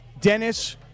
Dennis